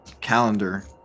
calendar